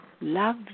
love